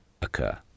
occur